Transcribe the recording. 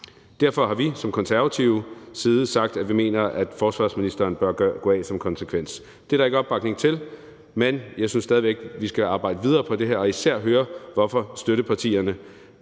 Derfor har vi Konservative siden sagt, at vi mener, at forsvarsministeren bør gå af som konsekvens. Det er der ikke opbakning til, men jeg synes stadig væk, vi skal arbejde videre på det her og især høre, hvorfor støttepartierne